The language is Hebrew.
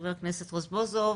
חבר הכנסת רזבוזוב.